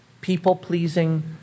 people-pleasing